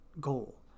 goal